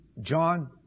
John